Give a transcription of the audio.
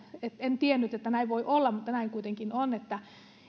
en tiennyt että näin voi olla mutta näin kuitenkin on että